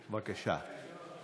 בבקשה.